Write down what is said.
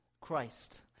Christ